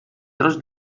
tros